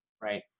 right